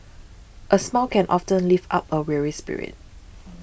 a smile can often lift up a weary spirit